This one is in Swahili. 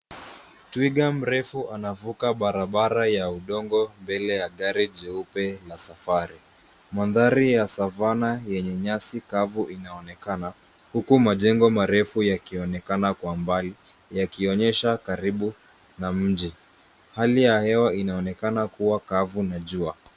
Twiga mrefu anavuka barabara ya udongo, mbele ya gari jeupe la safari. Mandhari ya savana yenye nyasi kavu inaonekana, huku majengo marefu yakionekana kwa mbali yakionyesha karibu na mji. Hali ya hewa inaonekana kuwa kavu na jua.